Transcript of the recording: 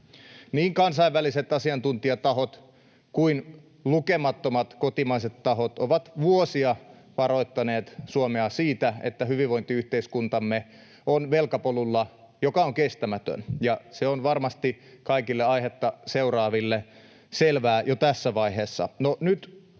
Niin kansainväliset asiantuntijatahot kuin lukemattomat kotimaiset tahot ovat vuosia varoittaneet Suomea siitä, että hyvinvointiyhteiskuntamme on velkapolulla, joka on kestämätön. Se on varmasti kaikille aihetta seuraaville selvää jo tässä vaiheessa.